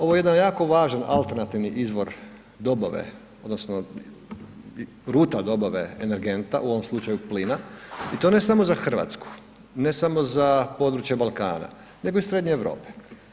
Ovo je jedan jako važan alternativni izvor dobave odnosno ruta dobave energenta, u ovom slučaju plina i to ne samo za RH, ne samo za područje Balkana, nego i Srednje Europe.